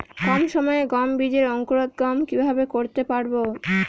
কম সময়ে গম বীজের অঙ্কুরোদগম কিভাবে করতে পারব?